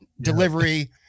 delivery